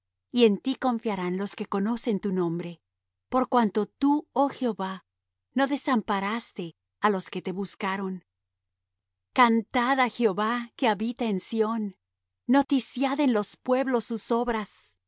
y en ti confiarán los que conocen tu nombre por cuanto tú oh jehová no desamparaste á los que te buscaron cantad á jehová que habita en sión noticiad en los pueblos sus obras